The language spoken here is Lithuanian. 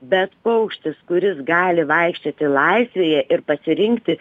bet paukštis kuris gali vaikščioti laisvėje ir pasirinkti